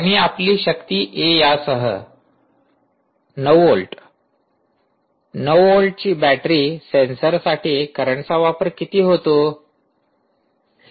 आणि आपली शक्ती ए यासह विद्यार्थीः 9 व्होल्ट 9 व्होल्टची बॅटरी सेन्सरसाठी करंटचा वापर किती होतो